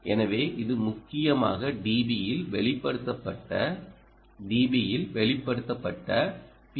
எனவே இது முக்கியமாக dB யில் வெளிப்படுத்தப்பட்ட dB யில் வெளிப்படுத்தப்பட்ட பி